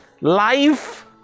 life